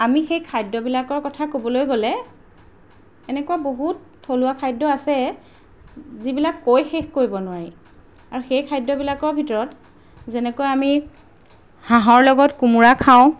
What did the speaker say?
আমি সেই খাদ্যবিলাকৰ কথা ক'বলৈ গ'লে এনেকুৱা বহুত থলুৱা খাদ্য আছে যিবিলাক কৈ শেষ কৰিব নোৱাৰি আৰু সেই খাদ্যবিলাকৰ ভিতৰত যেনেকৈ আমি হাঁহৰ লগত কোমোৰা খাওঁ